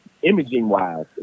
Imaging-wise